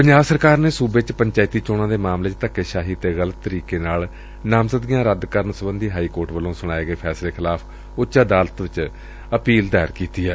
ਪੰਜਾਬ ਸਰਕਾਰ ਨੇ ਸੁਬੇ ਚ ਪੰਚਾਇਤੀ ਚੋਣਾਂ ਦੇ ਮਾਮਲੇ ਚ ਧੱਕੇਸ਼ਾਹੀ ਅਤੇ ਗ਼ਲਤ ਤਰੀਕੇ ਨਾਲ ਨਾਮਜ਼ਦਗੀਆਂ ਰੱਦ ਕਰਨ ਸਬੰਧੀ ਹਾਈਕੋਰਟ ਵੱਲੋਂ ਸੁਣਾਏ ਗਏ ਫੈਸਲੇ ਖਿਲਾਫ਼ ਉੱਚ ਅਦਾਲਤ ਵਿਚ ਅਪੀਲ ਦਾਇਰ ਕੀਤੀ ਏ